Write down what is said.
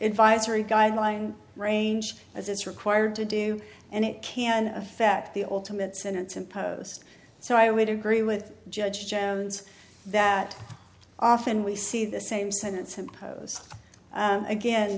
advisory guideline range as it's required to do and it can affect the ultimate sentence imposed so i would agree with judge jones that often we see the same sentence imposed again